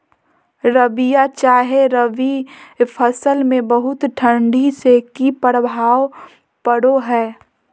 रबिया चाहे रवि फसल में बहुत ठंडी से की प्रभाव पड़ो है?